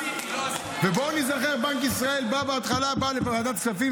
ובואו ניזכר: בנק ישראל בהתחלה בא לוועדת הכספים,